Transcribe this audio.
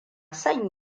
son